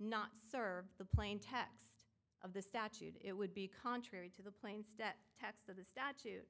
not serve the plain text of the statute it would be contrary to the plain stet text of the statute